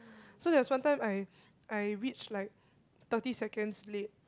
so there was one time I I reach like thirty seconds late